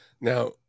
Now